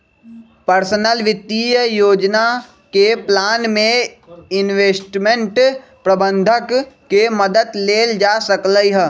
personal वित्तीय योजना के प्लान में इंवेस्टमेंट परबंधक के मदद लेल जा सकलई ह